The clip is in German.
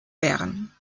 bern